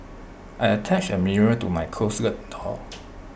I attached A mirror to my closet door